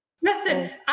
listen